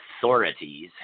authorities